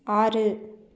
ஆறு